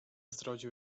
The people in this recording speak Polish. zrodził